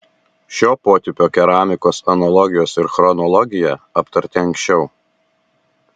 šio potipio keramikos analogijos ir chronologija aptarti anksčiau